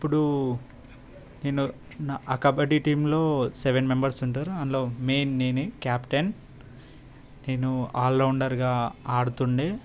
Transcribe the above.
అప్పుడు నేను ఆ కబడ్డీ టీమ్లో సెవెన్ మెంబర్స్ ఉంటారు అందులో మెయిన్ నేనే కెప్టెన్ నేను ఆల్ రౌండర్గా ఆడుతుండెే